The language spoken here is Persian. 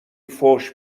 فحش